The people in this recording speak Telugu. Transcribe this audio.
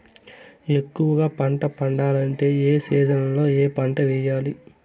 ఎక్కువగా పంట పండాలంటే ఏ సీజన్లలో ఏ పంట వేయాలి